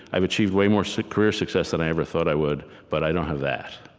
i've achieved way more so career success than i ever thought i would, but i don't have that.